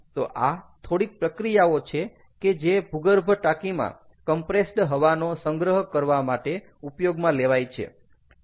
તો આ થોડીક પ્રક્રિયાઓ છે કે જે ભૂગર્ભ ટાંકીમાં કમ્પ્રેસ્ડ હવા નો સંગ્રહ કરવા માટે ઉપયોગમાં લેવાય છે